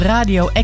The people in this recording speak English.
Radio